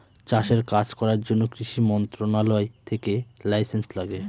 চাষের কাজ করার জন্য কৃষি মন্ত্রণালয় থেকে লাইসেন্স লাগে